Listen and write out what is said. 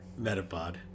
Metapod